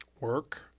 work